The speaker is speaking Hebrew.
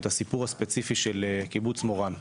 את הסיפור הספציפי של קיבוץ מורן.